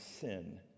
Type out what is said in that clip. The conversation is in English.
sin